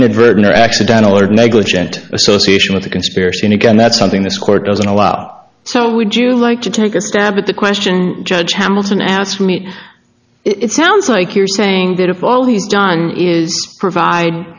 inadvertent or accidental or negligent association with the conspiracy and again that's something this court doesn't allow so would you like to take a stab at the question judge hamilton asked me it sounds like you're saying that of all he's done is provide